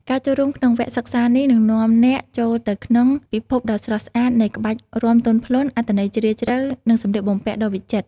ការចូលរួមក្នុងវគ្គសិក្សានេះ នឹងនាំអ្នកចូលទៅក្នុងពិភពដ៏ស្រស់ស្អាតនៃ ក្បាច់រាំទន់ភ្លន់ អត្ថន័យជ្រាលជ្រៅ និងសម្លៀកបំពាក់ដ៏វិចិត្រ។